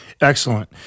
Excellent